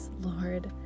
Lord